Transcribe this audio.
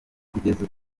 kugeza